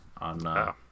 on